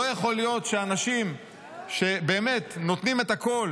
לא יכול להיות שאנשים שבאמת נותנים את הכול